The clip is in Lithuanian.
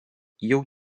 jau